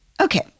okay